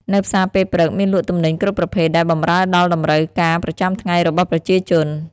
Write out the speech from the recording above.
នៅផ្សារពេលព្រឹកមានលក់ទំនិញគ្រប់ប្រភេទដែលបម្រើដល់តម្រូវការប្រចាំថ្ងៃរបស់ប្រជាជន។